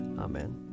Amen